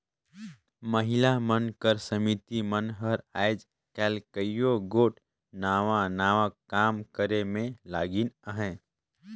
महिला मन कर समिति मन हर आएज काएल कइयो गोट नावा नावा काम करे में लगिन अहें